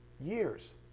Years